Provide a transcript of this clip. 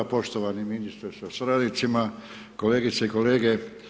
Poštovani ministre sa suradnicima, kolegice i kolege.